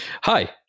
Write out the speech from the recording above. Hi